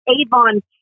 Avon